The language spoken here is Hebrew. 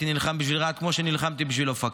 הייתי נלחם בשביל רהט כמו שנלחמתי בשביל אופקים.